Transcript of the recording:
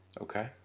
Okay